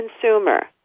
consumer